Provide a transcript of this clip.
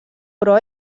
però